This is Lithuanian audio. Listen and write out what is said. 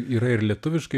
yra ir lietuviškai